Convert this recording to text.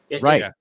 right